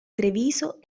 treviso